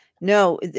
no